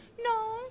no